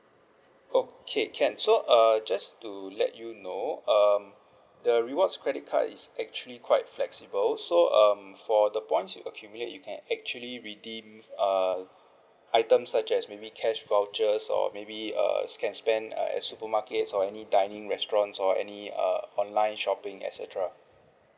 okay can so uh just to let you know um the rewards credit card is actually quite flexible so um for the points you accumulate you can actually redeem uh items such as maybe cash vouchers or maybe uh can spend at uh supermarkets or any dining restaurants or any uh online shopping et cetera